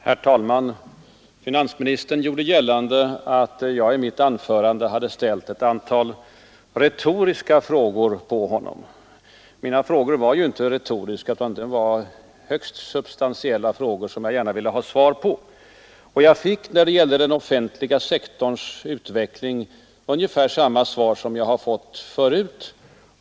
Herr talman! Finansministern gjorde gällande att jag i mitt anförande hade ställt ett antal retoriska frågor till honom. Mina frågor var inte retoriska, utan det var högst substantiella frågor som jag gärna ville ha svar på. Och jag fick när det gällde den offentliga sektorns utveckling ungefär samma svar som jag har fått förut.